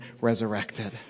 resurrected